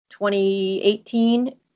2018